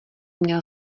měl